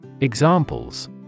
Examples